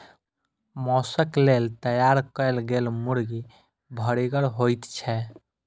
मौसक लेल तैयार कयल गेल मुर्गी भरिगर होइत छै